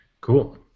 Cool